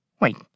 Wait